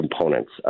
components